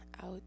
out